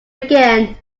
again